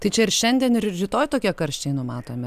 tai čia ir šiandien ir rytoj tokie karščiai numatomi